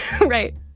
right